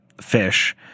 fish